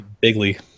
Bigly